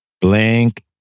Blank